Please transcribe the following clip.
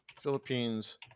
philippines